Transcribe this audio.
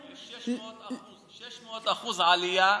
יש עלייה של 600% באלימות.